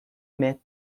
metz